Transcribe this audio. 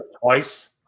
twice